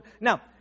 now